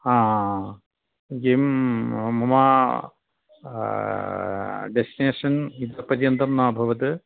किं मम डेस्टिनेषन् इतः पर्यन्तं न अभवत्